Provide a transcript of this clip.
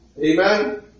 Amen